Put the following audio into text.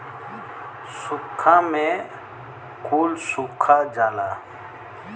सूखा में कुल सुखा जाला